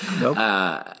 Nope